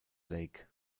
lake